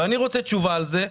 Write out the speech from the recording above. אני רוצה תשובה על זה.